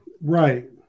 Right